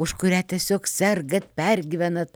už kurią tiesiog sergat pergyvenat